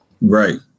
Right